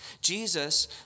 Jesus